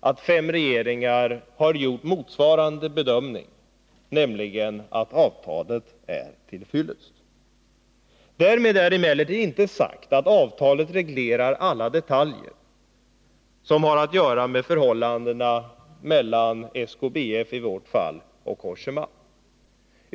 att fem regeringar har gjort motsvarande bedömning, nämligen att avtalet är till fyllest. Därmed är emellertid inte sagt att avtalet reglerar alla detaljer som har att göra med förhållandena mellan SKBF i vårt fall och Cogéma.